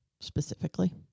specifically